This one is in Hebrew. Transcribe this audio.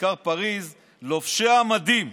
כיכר פריז: לובשי המדים,